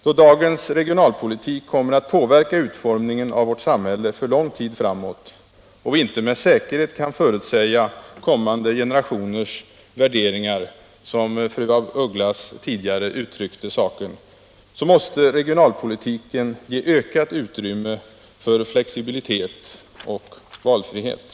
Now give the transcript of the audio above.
Då dagens regionalpolitik kommer att påverka utformningen av vårt samhälle för lång tid framåt och vi inte med säkerhet kan förutsäga kommande generationers värderingar, såsom fru af Ugglas tidigare uttryckte saken, måste regionalpolitiken ge ökat utrymme för flexibilitet och valfrihet.